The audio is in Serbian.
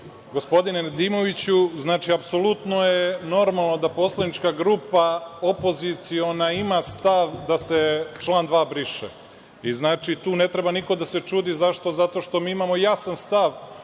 gospodine Nedimoviću, apsolutno je normalno da poslanička grupa opoziciona ima stav da se član 2. briše. Znači, tu ne treba niko da se čudi zašto, zato što mi imamo jasan stav